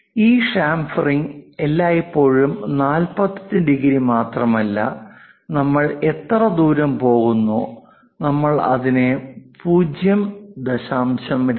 ഈ ചാംഫറിംഗ് എല്ലായിപ്പോഴും 45 ഡിഗ്രി മാത്രമല്ല നമ്മൾ എത്ര ദൂരം പോകുന്നോ നമ്മൾ അതിനെ 0